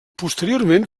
posteriorment